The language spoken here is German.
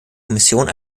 kommission